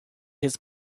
his